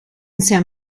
san